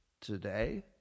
today